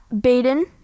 Baden